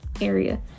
area